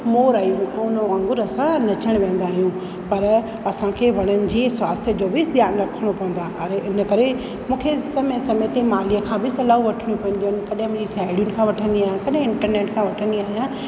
मोर आहियूं पोइ उन वांगुरु असां नचणु वेंदा आहियूं पर असांखे वण टिण जी स्वास्थय जो बि ध्यानु रखिणो पवंदो आहे और इन करे मूंखे समय समय ते माल्ही खां बि सलाह वठिणी पवंदियूं आहिनि कॾहिं मुंहिंजी साहेड़ियूं खां बि वठंदी आहियां कॾहिं इंटरनेट खां वठंदी आहियां